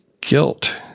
guilt